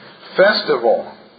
Festival